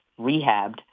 rehabbed